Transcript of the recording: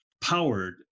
powered